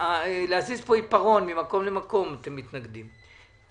להזיז כאן עפרון ממקום למקום אתם מתנגדים כי זה